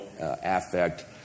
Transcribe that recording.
affect